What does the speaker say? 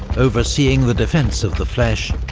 overseeing the defence of the fleches,